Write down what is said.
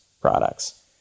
products